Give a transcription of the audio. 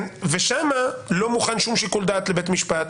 שם אני לא מוכן שום שיקול דעת של בית משפט